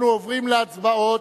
אנחנו עוברים להצבעות,